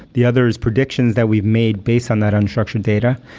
the other is predictions that we've made based on that unstructured data.